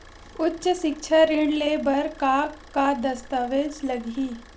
उच्च सिक्छा ऋण ले बर का का दस्तावेज लगही?